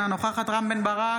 אינה נוכחת רם בן ברק,